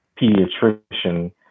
pediatrician